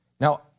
Now